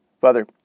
Father